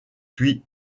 puis